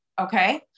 Okay